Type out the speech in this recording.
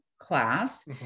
class